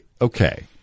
okay